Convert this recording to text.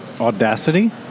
Audacity